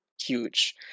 huge